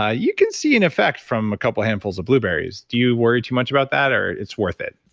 ah you can see in effect from a couple of handfuls of blueberries, do you worry too much about that or it's worth it?